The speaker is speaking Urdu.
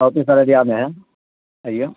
آپی سردیاب ہے چیے